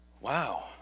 wow